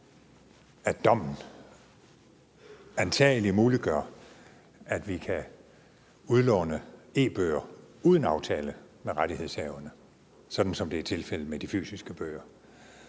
at dommen antagelig muliggør, at vi kan udlåne e-bøger uden aftale med rettighedshaverne, sådan som det er tilfældet med de fysiske bøger.